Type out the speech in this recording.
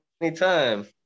Anytime